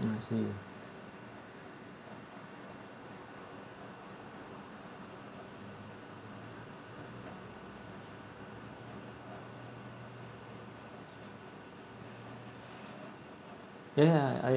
I see ya ya I